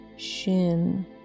Shin